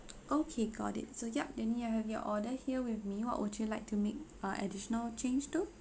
okay got it so yup jenny I have your order here with me what would you like to make uh additional change to